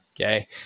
Okay